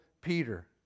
Peter